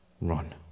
Run